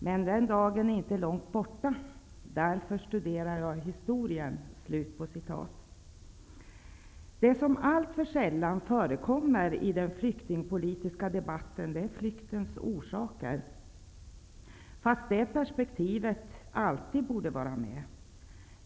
Men den dagen är inte långt borta, därför studerar jag historien. Det som alltför sällan förekommer i den flyktingpolitiska debatten är flyktens orsaker, trots att det perspektivet alltid borde vara med.